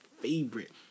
favorite